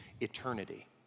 eternity